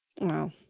Wow